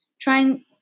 trying